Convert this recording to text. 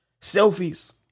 selfies